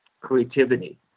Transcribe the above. creativity